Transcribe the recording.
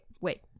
wait